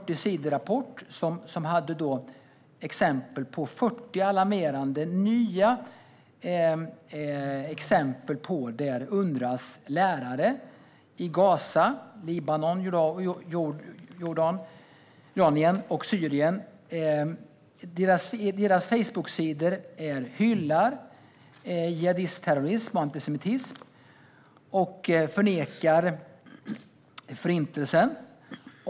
I rapporten angavs 40 alarmerande nya exempel där Unrwas lärare i Gaza, Libanon, Jordanien och Syrien på Facebook hyllar jihadistterrorism och antisemitism och förnekar Förintelsen.